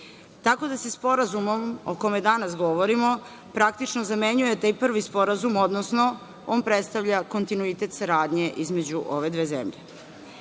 Tako da se sporazumom o kome danas govorimo praktično zamenjuje taj prvi sporazum, odnosno on predstavlja kontinuitet saradnje između ove dve zemlje. Inače,